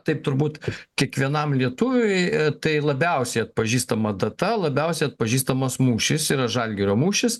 taip turbūt kiekvienam lietuviui tai labiausiai atpažįstama data labiausiai atpažįstamas mūšis yra žalgirio mūšis